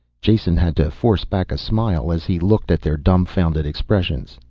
jason had to force back a smile as he looked at their dumfounded expressions.